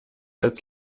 als